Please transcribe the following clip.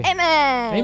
Amen 。